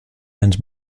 and